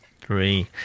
three